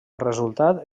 resultat